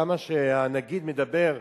כמה שהנגיד מדבר,